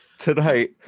tonight